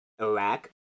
Iraq